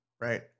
right